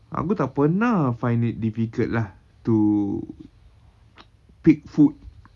aku tak pernah find it difficult lah to pick food